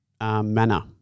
Manner